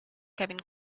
kevin